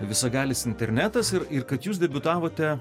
visagalis internetas ir ir kad jūs debiutavote